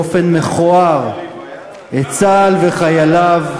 באופן מכוער את צה"ל וחייליו,